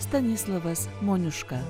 stanislovas moniuška